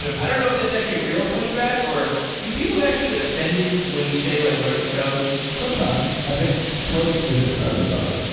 i don't know if that's actually a real pushback, or do people actually get offended when you say like learn to code? sometimes. i think coding isn't for everybody,